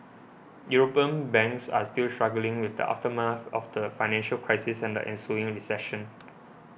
European banks are still struggling with the aftermath of the financial crisis and the ensuing recession